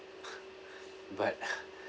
but